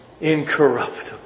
incorruptible